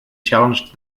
challenged